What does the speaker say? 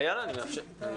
הנה, אני מאפשר